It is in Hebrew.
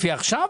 לפי מה שעכשיו?